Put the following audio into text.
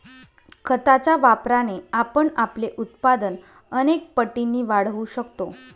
खताच्या वापराने आपण आपले उत्पादन अनेक पटींनी वाढवू शकतो